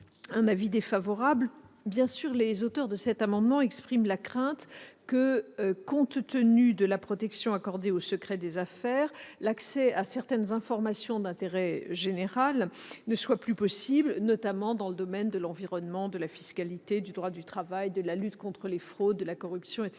sur l'amendement n° 7. Les auteurs de cet amendement expriment la crainte que, compte tenu de la protection accordée au secret des affaires, l'accès à certaines informations d'intérêt général ne soit plus possible, notamment dans le domaine de l'environnement, de la fiscalité, du droit du travail, de la lutte contre les fraudes, de la corruption.